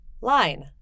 Line